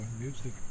music